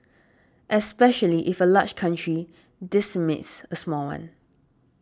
especially if a large country decimates a small one